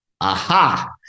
aha